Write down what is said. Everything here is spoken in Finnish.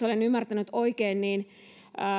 olen ymmärtänyt oikein niin